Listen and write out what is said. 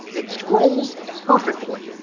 it scrolls perfectly.